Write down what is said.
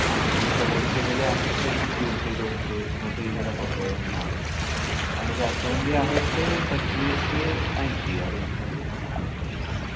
आणि जे कलम केलेले आहेत ते मग दीडशे दोनशे मग तेही जरा क महाग असतात आणि जास्वंदी आहेत ते पंचवीस ते ऐंशी या रेंजमध्ये आहेत आपल्याकडे